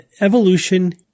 evolution